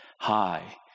high